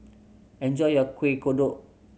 enjoy your Kuih Kodok